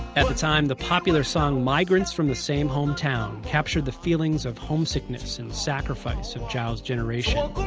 at the time, the popular song migrants from the same hometown captured the feelings of homesickness and sacrifice of zhao's generation.